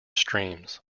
streams